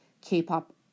K-pop